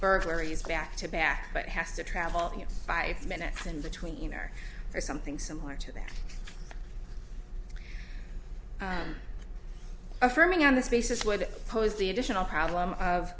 burglaries back to back but has to travel five minutes in between or for something similar to that affirming on this basis would pose the additional problem of